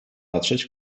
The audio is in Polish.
patrzeć